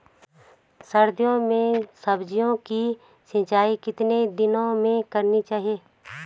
सर्दियों में सब्जियों की सिंचाई कितने दिनों में करनी चाहिए?